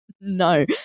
no